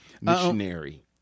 missionary